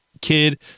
kid